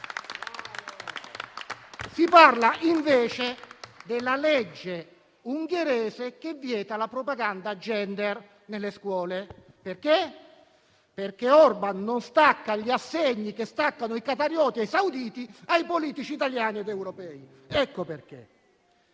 Si parla invece della legge ungherese che vieta la propaganda *gender* nelle scuole. Perché? Perché Orbán non stacca gli assegni che staccano i qatarioti e i sauditi ai politici italiani ed europei: ecco perché.